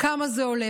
על כמה זה עולה.